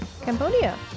Cambodia